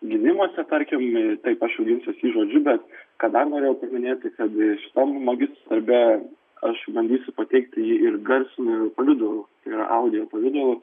gynimosi tarkim taip aš jau ginsiuos jį žodžiu bet ką dar norėjau paminėti kad šitam magistro darbe aš bandysiu pateikti jį ir garsiniu pavidalu yra audio pavidalu